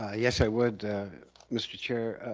ah yes, i would mr. chair.